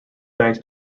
thanks